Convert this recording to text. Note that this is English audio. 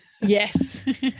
Yes